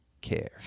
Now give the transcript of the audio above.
care